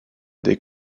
des